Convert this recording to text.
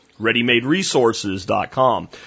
ReadyMadeResources.com